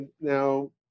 now